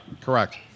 Correct